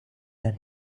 that